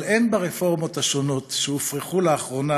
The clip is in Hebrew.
אבל אין ברפורמות השונות שהופרחו לאחרונה